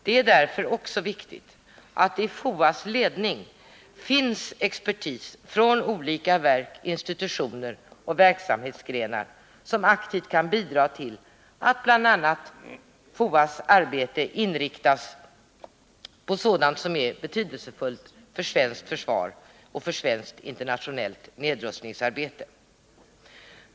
Det är därför också viktigt att det i FOA:s ledning finns expertis från olika verk, institutioner och verksamhetsgrenar, som aktivt kan bidra till bl.a. att FOA:s arbete inriktas på sådant som är betydelsefullt för svenskt försvar och för svenskt internationellt nedrustningsarbete.